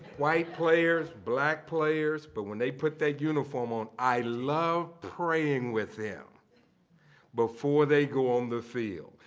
white players, black players. but when they put that uniform on, i love praying with them before they go on the field.